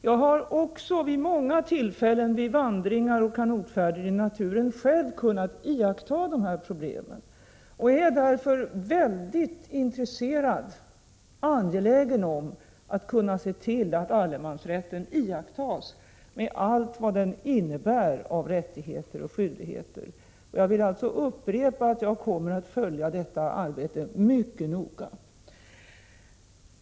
Jag har också vid många tillfällen vid vandringar och kanotfärder i naturen själv kunnat iaktta dessa problem. Jag är därför mycket intresserad av och angelägen om att kunna se till att allemansrätten iakttas, med allt vad den innebär av rättigheter och skyldigheter. Jag vill alltså upprepa att jag kommer att följa detta arbete mycket noga.